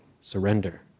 surrender